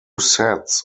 sets